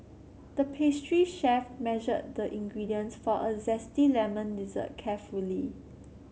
the pastry chef measured the ingredients for a zesty lemon dessert carefully